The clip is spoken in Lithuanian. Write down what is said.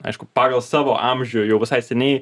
aišku pagal savo amžių jau visai seniai